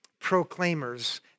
proclaimers